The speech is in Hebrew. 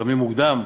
שקמים מוקדם,